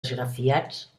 esgrafiats